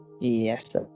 Yes